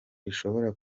rishobora